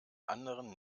anderen